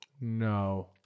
No